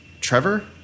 Trevor